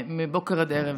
מבוקר עד ערב.